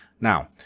Now